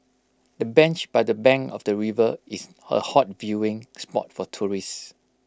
the bench by the bank of the river is A hot viewing spot for tourists